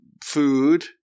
food